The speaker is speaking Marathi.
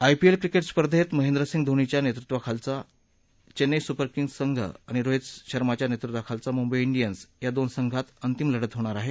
आयपीएल क्रिकेट स्पर्धेत महेंद्र सिंग धोनीच्या नेतृत्वाखालील घेन्नई सुपर किंग्स आणि रोहित शर्माच्या नेतृत्वाखालील मुंबई डियन्स या दोन संघात अंतिम लढत होणार आहे